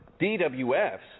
DWF's